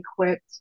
equipped